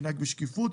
ינהג בשקיפות,